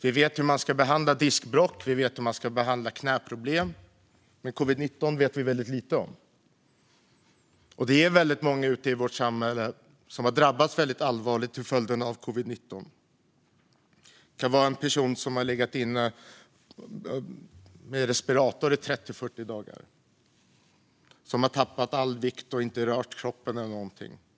Vi vet hur man ska behandla diskbråck och knäproblem, men covid-19 vet vi väldigt lite om. Det är många i vårt samhälle som har drabbats väldigt allvarligt till följd av covid-19. Det kan vara en person som har legat i respirator i 30-40 dagar, som har tappat all vikt och som inte har rört kroppen eller någonting.